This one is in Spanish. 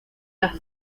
las